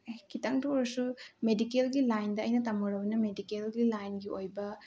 ꯈꯤꯇꯪꯇ ꯑꯣꯏꯔꯁꯨ ꯃꯦꯗꯤꯀꯦꯜꯒꯤ ꯂꯥꯏꯟꯗ ꯑꯩꯅ ꯇꯝꯃꯨꯔꯕꯅꯤꯅ ꯃꯦꯗꯤꯀꯦꯜꯒꯤ ꯂꯥꯏꯟꯒꯤ ꯑꯣꯏꯕ